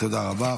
תודה רבה.